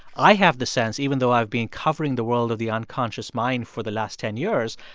i have the sense, even though i've been covering the world of the unconscious mind for the last ten years,